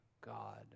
God